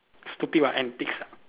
stupid what antics ah